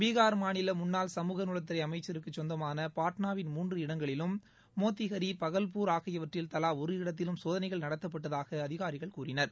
பீகார் மாநில முன்னாள் சமூகநலத்துறை அமைச்சருக்குச் சொந்தமான பாட்னாவிள் மூன்று இடங்களிலும் மோத்திஹி பகன்பூர் ஆகியவற்றில் தவா ஒரு இடத்திலும் சோதனைகள் நடத்தப்பட்டதாக அதிகாரிகள் கூறினர்